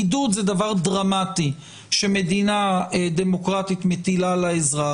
בידוד זה דבר דרמטי שמדינה דמוקרטית מטילה על האזרח.